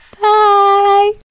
bye